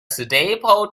stable